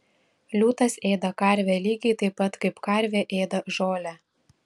liūtas ėda karvę lygiai taip pat kaip karvė ėda žolę